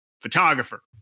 photographer